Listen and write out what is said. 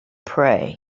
pray